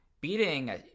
beating